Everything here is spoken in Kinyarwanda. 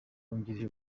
wungirije